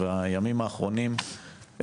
והימים האחרונים,